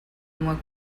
uma